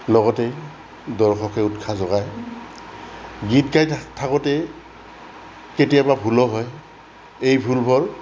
লগতে দৰ্শকে উৎসাহ যোগায় গীত গাই থাকোঁতেই কেতিয়াবা ভুলো হয় এই ভুলবোৰ